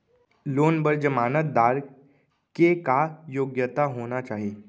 Loan बर जमानतदार के का योग्यता होना चाही?